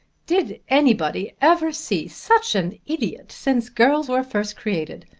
did anybody ever see such an idiot since girls were first created?